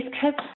kids